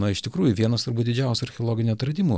na iš tikrųjų vienas turbūt didžiausių archeologinių atradimų